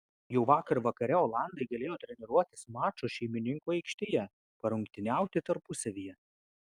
jau vakar vakare olandai galėjo treniruotis mačo šeimininkų aikštėje parungtyniauti tarpusavyje